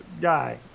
guy